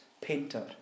painter